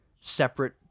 separate